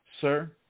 Sir